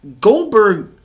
Goldberg